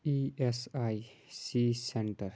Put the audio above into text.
E S I C center